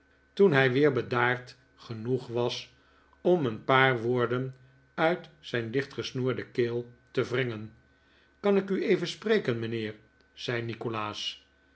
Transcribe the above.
toen hij weer bedaard genoeg was om een paar woorden uit zijn dichtgesnoerde keel te wringen kan ik u even spreken mijnheer zei nikolaas